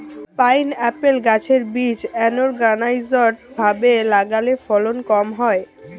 pineapple গাছের বীজ unorganised ভাবে লাগালে ফলন কম হয়